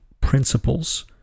principles